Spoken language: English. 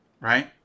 right